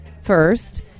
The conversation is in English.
first